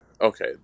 Okay